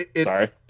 Sorry